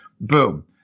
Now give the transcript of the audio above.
boom